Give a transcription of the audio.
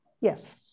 yes